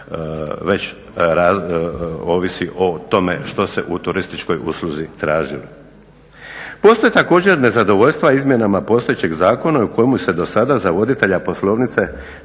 već ovisi o tome što se u turističkoj usluzi tražilo. Postoje također nezadovoljstva izmjenama postojećeg zakona u kojemu se do sada za voditelja poslovnice